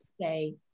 say